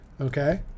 okay